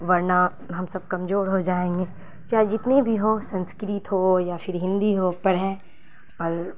ورنہ ہم سب کمزور ہو جائیں گے چاہے جتنی بھی ہو سنسکرت ہو یا پھر ہندی ہو پڑھیں پر